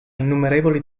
innumerevoli